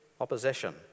opposition